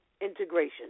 Integration